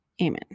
Amen